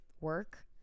work